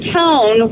town